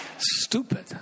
Stupid